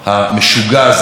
בוודאי למשפחה,